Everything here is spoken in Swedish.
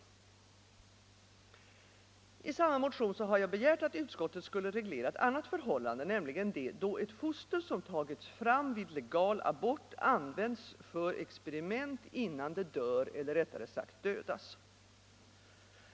I samma motion har jag begärt att utskottet skulle reglera ett annat förhållande, nämligen det då ett foster som tagits fram vid legal abort används för experiment innan det dör eller rättare sagt dödas.